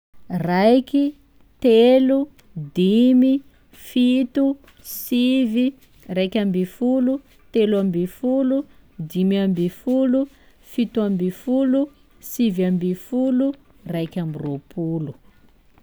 Raiky, telo, dimy, fito, sivy, raika ambifolo, telo ambifolo, dimy ambifolo, fito ambifolo, sivy ambifolo, raika ambiroa-polo.